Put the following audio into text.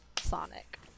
Sonic